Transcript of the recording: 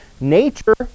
Nature